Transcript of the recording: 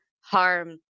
harm